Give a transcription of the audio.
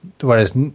whereas